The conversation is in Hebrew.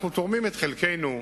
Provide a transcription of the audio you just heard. אנחנו תורמים את חלקנו,